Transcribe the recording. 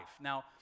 Now